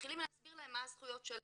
מתחילים להסביר להם מה הזכויות שלהם,